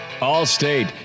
All-state